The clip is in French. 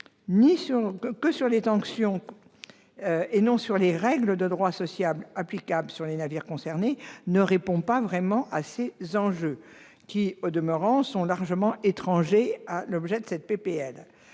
que sur les sanctions et non sur les règles de droit social applicables sur les navires concernés, ne répond pas réellement à ces enjeux, lesquels, au demeurant, sont largement étrangers à l'objet de cette